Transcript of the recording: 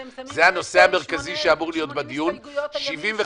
אתם שמים 80 הסתייגויות על ימים שונים.